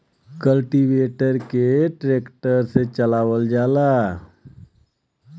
cultivator के tractor से चलावल जाला